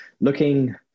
looking